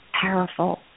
powerful